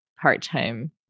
part-time